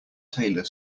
taylor